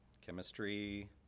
Chemistry